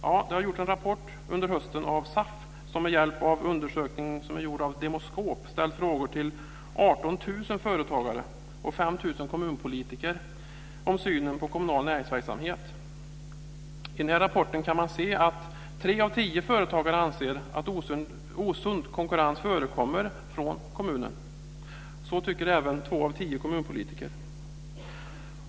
Ja, det har gjorts en rapport under hösten av SAF, som med hjälp av en undersökning gjord av Demoskop ställt frågor till 18 000 företagare och 5 000 kommunpolitiker om synen på kommunal näringsverksamhet. I denna rapport kan man se att tre av tio företagare anser att osund konkurrens förekommer från kommunen, och så tycker även två av tio kommunpolitiker.